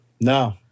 No